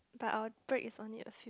but our break is only a few